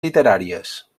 literàries